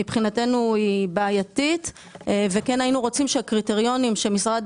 מבחינתנו היא בעייתית ואנחנו כן היינו רוצים שהקריטריונים שמשרד